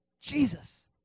Jesus